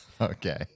Okay